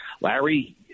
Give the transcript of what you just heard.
Larry